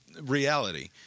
reality